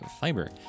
fiber